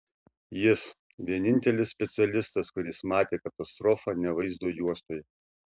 jis vienintelis specialistas kuris matė katastrofą ne vaizdo juostoje